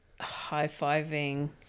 High-fiving